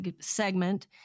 segment